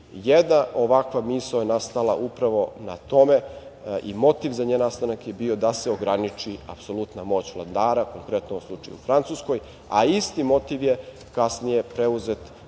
Jedna ovakva misao je nastala upravo na tome i motiv za njen nastanak je bio da se ograniči apsolutna moć vladara, konkretno u ovom slučaju u Francuskoj, a isti motiv je kasnije preuzet kada